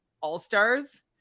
All-Stars